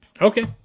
okay